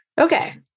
Okay